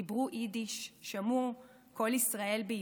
דיברו יידיש, שמעו קול ישראל בעברית,